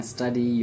Study